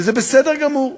וזה בסדר גמור,